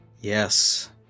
Yes